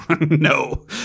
No